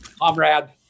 comrade